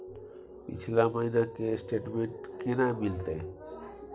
पिछला महीना के स्टेटमेंट केना मिलते?